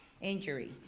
injury